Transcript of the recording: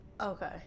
Okay